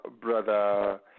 brother